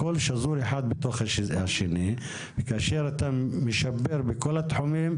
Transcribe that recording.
הכול שזור אחד בשני וכאשר אתה משפר בכל התחומים,